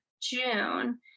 June